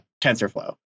TensorFlow